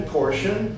portion